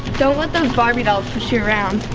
don't let those barbie dolls push you around.